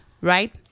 right